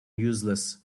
useless